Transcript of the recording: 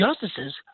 justices